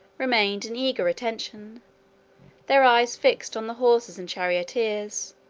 remained in eager attention their eyes fixed on the horses and charioteers,